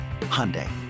Hyundai